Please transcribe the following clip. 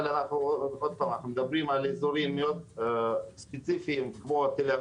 אנחנו מדברים על אזורים ספציפיים כמו תל אביב,